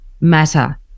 matter